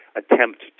attempt